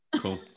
cool